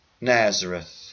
nazareth